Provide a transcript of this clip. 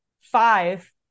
five